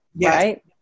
Right